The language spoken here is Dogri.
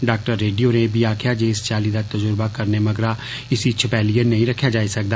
डा रैडी होरें एह बी आक्खेआ जे इस चाल्ली दा तजुर्बा करने मगरा इस्सी छपैलियें नेई रक्खेआ जाई सकदा